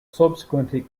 subsequently